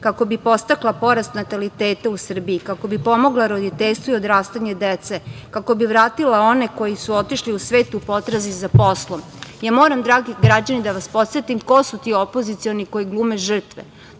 kako bi podstakla porast nataliteta u Srbiji, kako bi pomogla roditeljstvu i odrastanju dece, kako bi vratila one koji su otišli u svet u potrazi za poslom. Moram, dragi građani, da vas podsetim ko su ti opozicioni koji glume žrtve.